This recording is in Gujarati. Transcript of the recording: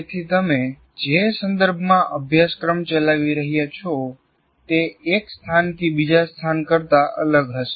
તેથી તમે જે સંદર્ભમાં અભ્યાસક્રમ ચલાવી રહ્યાં છો તે એક સ્થાનથી બીજા સ્થાન કરતા અલગ હશે